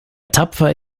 tapfer